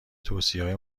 توصیههای